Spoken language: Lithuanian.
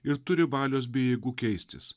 ir turi valios bei jėgų keistis